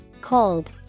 Cold